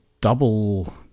double